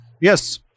yes